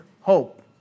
hope